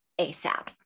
ASAP